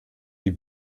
die